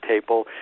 table